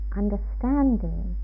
understanding